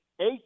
eight